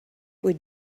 would